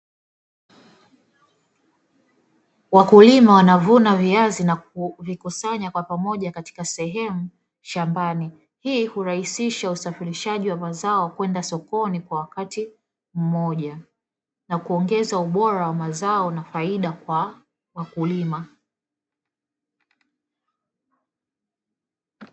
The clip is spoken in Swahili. Wakulima wanavuna viazi na kuvikusanya kwa pamoja katika sehemu shambani; hii hurahisisha usafirishaji wa mazao kwenda sokoni kwa wakati mmoja, na kuongeza ubora wa mazao na faida kwa wakulima.